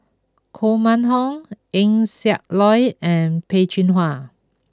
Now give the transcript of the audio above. Koh Mun Hong Eng Siak Loy and Peh Chin Hua